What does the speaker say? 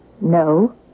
No